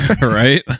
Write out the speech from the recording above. right